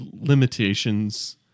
limitations